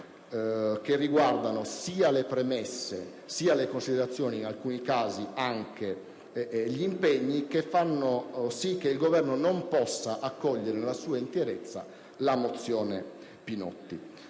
che riguardano sia le premesse, sia le considerazioni e, in alcuni casi, anche gli impegni - per le quali il Governo non può accogliere nella sua interezza la mozione n.